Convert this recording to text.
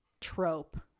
trope